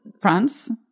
France